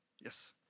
Yes